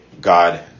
God